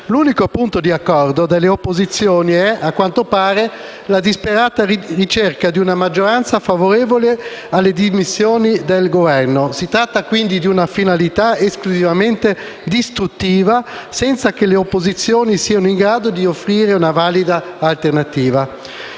L'unico punto di accordo delle opposizioni è, a quanto pare, la disperata ricerca di una maggioranza favorevole alle dimissioni del Governo. Si tratta, quindi, di una finalità esclusivamente distruttiva, senza che le opposizioni siano in grado di offrire una valida alternativa.